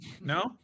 No